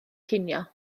cinio